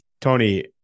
Tony